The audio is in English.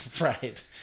Right